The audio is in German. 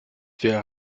wäre